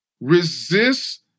Resist